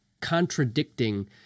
contradicting